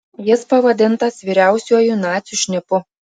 jis pavadintas vyriausiuoju nacių šnipu